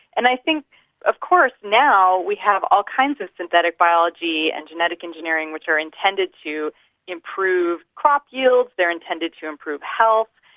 and i think of course now we have all kinds of synthetic biology, and genetic engineering which are intended to improve crop yields, they're intended to improve health,